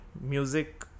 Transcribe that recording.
music